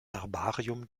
herbarium